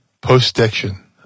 post-diction